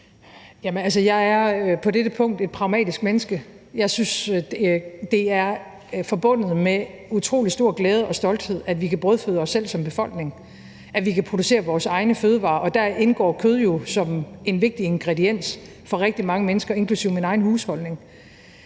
jeg er på dette punkt et pragmatisk mennesker. Jeg synes, det er forbundet med utrolig stor glæde og stolthed, at vi kan brødføde os selv som befolkning, at vi kan producere vores egne fødevarer, og der indgår kød jo som en vigtig ingrediens for rigtig mange mennesker, inklusive i min egen husholdning.